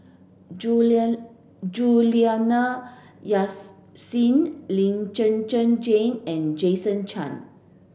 Juliana Lee Zhen Zhen Jane and Jason Chan